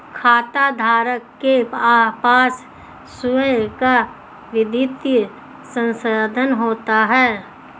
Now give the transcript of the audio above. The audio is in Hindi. खाताधारक के पास स्वंय का वित्तीय संसाधन होता है